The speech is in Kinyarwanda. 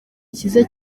cyiza